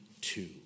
two